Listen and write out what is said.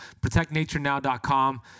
protectnaturenow.com